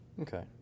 Okay